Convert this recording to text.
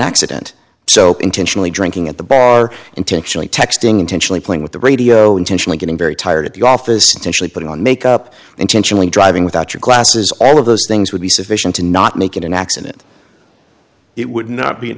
accident so intentionally drinking at the bar intentionally texting intentionally playing with the radio intentionally getting very tired at the office intentionally putting on makeup intentionally driving without your glasses all of those things would be sufficient to not make it an accident it would not be an